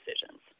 decisions